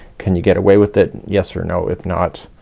can you get away with it, yes or no. if not,